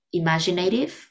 imaginative